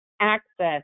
access